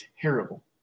terrible